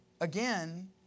Again